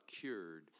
cured